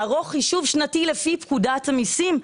לערוך חישוב שנתי לפי פקודת המיסים,